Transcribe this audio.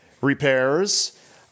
repairs